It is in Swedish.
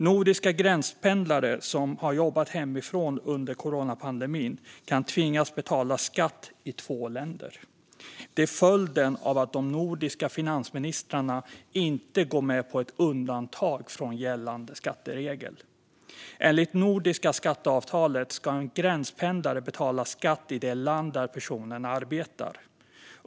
Nordiska gränspendlare som har jobbat hemifrån under coronapandemin kan tvingas betala skatt i två länder. Det är följden av att de nordiska finansministrarna inte går med på ett undantag från gällande skatteregler. Enligt nordiska skatteavtalet ska en gränspendlare betala skatt i det land där personen arbetar.